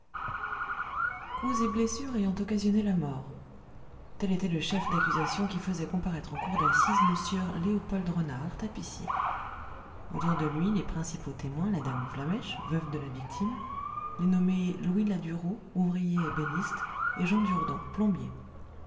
coups et blessures ayant occasionné la mort tel était le chef d'accusation qui faisait comparaître en cour d'assises le sieur léopold renard tapissier autour de lui les principaux témoins la dame flamèche veuve de la victime les nommés louis ladureau ouvrier ébéniste et jean durdent plombier